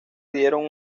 dieron